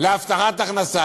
להבטחת הכנסה.